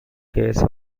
case